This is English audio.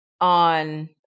on